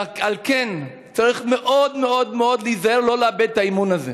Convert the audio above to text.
על כן צריך מאוד מאוד מאוד להיזהר לא לאבד את האמון הזה.